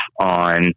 on